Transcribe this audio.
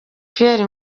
pierre